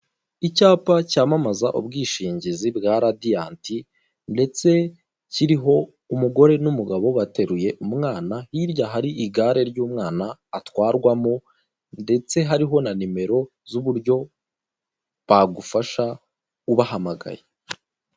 Icyapa cyamamaza ubwishingizi bwa radiyanti ndetse kiriho umugore n'umugabo bateruye umwana, hirya hari igare ry'umwana atwarwamo; ndetse hariho na nimero z'uburyo bagufasha ubahamagaye.